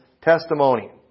testimony